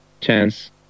chance